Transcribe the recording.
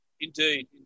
Indeed